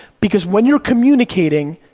because when you're communicating,